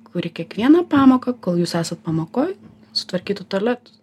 kuri kiekvieną pamoką kol jūs esat pamokoj sutvarkytų tualetus